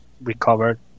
recovered